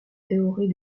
théorie